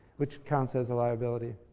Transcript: which counts as a liability.